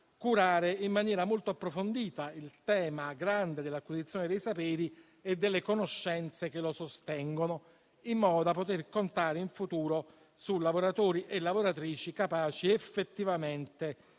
curare in maniera molto approfondita il tema grande dell'acquisizione dei saperi e delle conoscenze che lo sostengono, in modo da poter contare in futuro su lavoratori e lavoratrici capaci effettivamente